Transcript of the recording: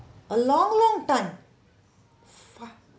a long long time !huh!